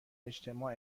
اجتماع